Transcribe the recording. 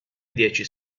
dieci